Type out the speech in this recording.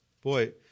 boy